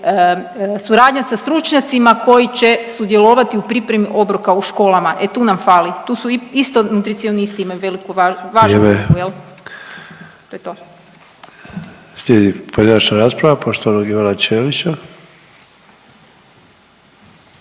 suradnja sa stručnjacima koji će sudjelovati u pripremi obroka u školama. E tu nam fali, tu su isto nutricionisti imaju veliku važnu ulogu jel. …/Upadica Sanader: Vrijeme./… To je to.